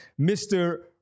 Mr